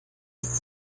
ist